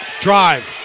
drive